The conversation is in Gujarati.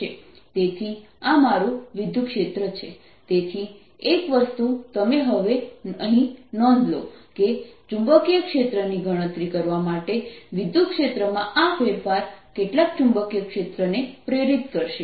તેથી આ મારું વિદ્યુતક્ષેત્ર છે તેથી એક વસ્તુ તમે હવે અહીં નોંધ લો કે ચુંબકીય ક્ષેત્ર ની ગણતરી કરવા માટે વિદ્યુતક્ષેત્રમાં આ ફેરફાર કેટલાક ચુંબકીય ક્ષેત્રને પ્રેરિત કરશે